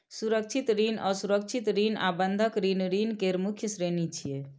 सुरक्षित ऋण, असुरक्षित ऋण आ बंधक ऋण ऋण केर मुख्य श्रेणी छियै